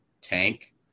tank